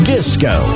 Disco